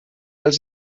els